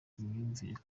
imyumvire